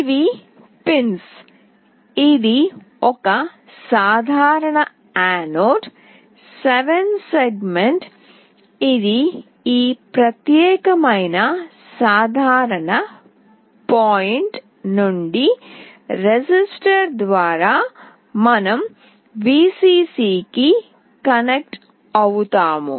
ఇవి పిన్స్ ఇది ఒక సాధారణ యానోడ్ 7 సెగ్మెంట్ ఇది ఈ ప్రత్యేకమైన సాధారణ పాయింట్ నుండి రెసిస్టర్ ద్వారా మనం Vcc కి కనెక్ట్ అవుతాము